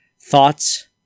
thoughts